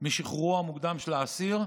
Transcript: משחרורו המוקדם של אסיר,